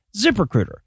ZipRecruiter